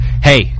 hey